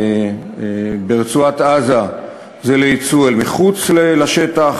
וברצועת-עזה זה לייצוא אל מחוץ לשטח,